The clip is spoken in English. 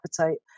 appetite